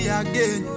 again